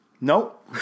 Nope